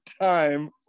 time